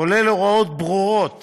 כולל הוראות ברורות